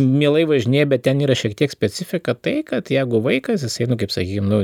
mielai važinėja bet ten yra šiek tiek specifika tai kad jeigu vaikas eina kaip su himnu